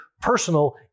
personal